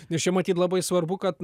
nes čia matyt labai svarbu kad